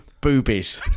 boobies